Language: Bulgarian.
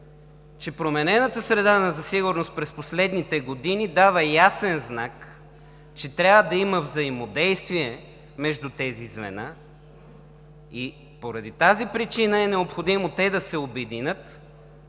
Че променената среда за сигурност през последните години дава ясен знак, че трябва да има взаимодействие между тези звена и поради тази причина е необходимо те да се обединят,